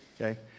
okay